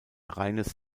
reines